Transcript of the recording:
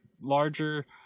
larger